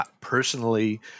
Personally